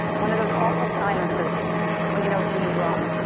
one of those awful silences when you know something's wrong.